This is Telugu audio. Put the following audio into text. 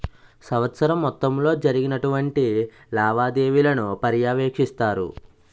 సంవత్సరం మొత్తంలో జరిగినటువంటి లావాదేవీలను పర్యవేక్షిస్తారు